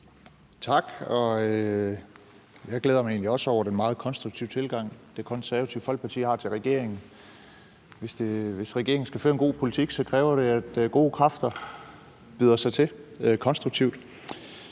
Tak. Jeg glæder mig egentlig også over den meget konstruktive tilgang, Det Konservative Folkeparti har til regeringen. Hvis regeringen skal føre en god politik, kræver det, at gode kræfter byder sig til konstruktivt.